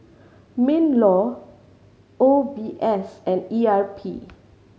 MinLaw O B S and E R P